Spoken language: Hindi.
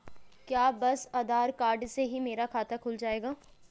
क्या बस आधार कार्ड से ही मेरा खाता खुल जाएगा?